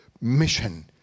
mission